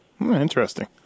interesting